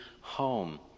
home